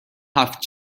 هفت